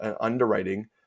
underwriting